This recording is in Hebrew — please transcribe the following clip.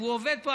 והוא עובד פה,